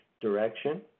direction